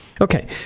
Okay